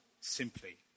simply